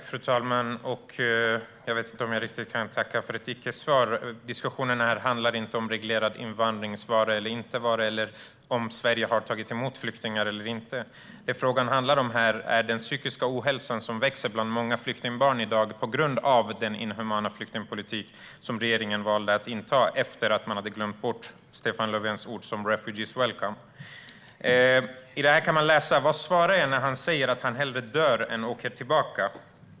Fru talman! Jag vet inte riktigt om jag kan tacka för ett icke-svar. Diskussionen handlar inte om den reglerade invandringens vara eller inte vara, eller om Sverige har tagit emot flyktingar eller inte. Vad det handlar om är den psykiska ohälsa som växer bland många flyktingbarn i dag på grund av den inhumana flyktingpolitik som regeringen valde att driva sedan man glömt bort Stefan Löfvens ord om refugees welcome. I tidningen jag nämnde kan man läsa: "Vad svarar jag när han säger att han hellre dör än åker tillbaka?"